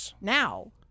Now